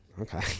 Okay